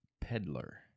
Peddler